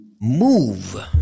move